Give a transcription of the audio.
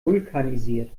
vulkanisiert